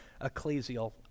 ecclesial